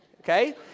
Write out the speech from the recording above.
Okay